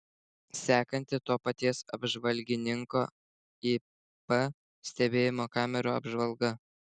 sekanti to paties apžvalgininko ip stebėjimo kamerų apžvalga